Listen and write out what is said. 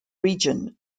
region